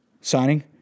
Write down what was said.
signing